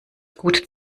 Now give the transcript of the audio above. gut